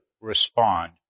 respond